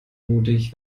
mutig